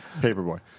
Paperboy